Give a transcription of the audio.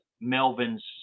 Melvin's